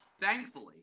thankfully